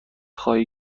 خواهی